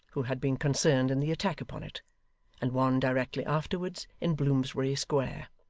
who had been concerned in the attack upon it and one directly afterwards in bloomsbury square.